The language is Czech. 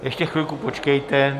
Ještě chvilku počkejte...